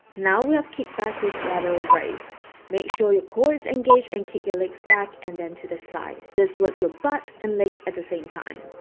now we have kick back with lateral raise make sure your core is engaged and kick your legs back and then to the side this works your butt and legs at the same time